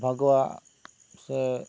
ᱵᱷᱟᱜᱽᱣᱟᱜ ᱥᱮ